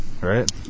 Right